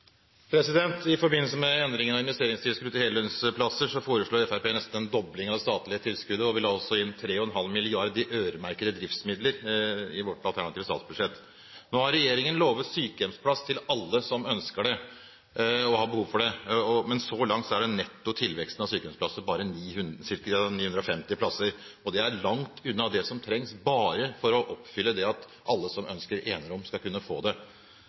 I forbindelse med endringene i investeringstilskudd til heldøgnsplasser foreslo Fremskrittspartiet nesten en dobling av det statlige tilskuddet. Vi la også inn 3,5 mrd. kr i øremerkede driftsmidler i vårt alternative statsbudsjett. Nå har regjeringen lovet sykehjemsplass til alle som ønsker og har behov for det. Men så langt er netto tilvekst av sykehjemsplasser bare ca. 950. Det er langt unna det som trengs for at alle som ønsker enerom, skal kunne få det.